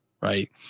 Right